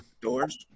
doors